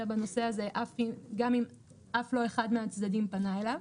בנושא הזה גם אם אף לא אחד מהצדדים פנה אליו.